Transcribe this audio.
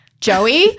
Joey